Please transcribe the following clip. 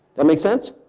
that makes sense?